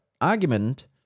argument